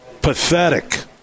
Pathetic